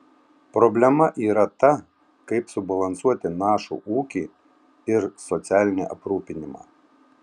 problema yra ta kaip subalansuoti našų ūkį ir socialinį aprūpinimą